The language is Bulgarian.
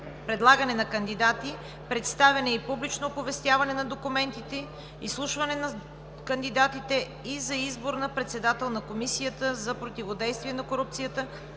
предлагане на кандидати, представяне и публично оповестяване на документите, изслушване на кандидатите и за избор на председател на Комисията за противодействие на корупцията